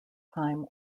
time